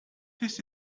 this